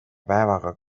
päevaga